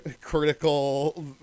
critical